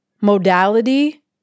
modality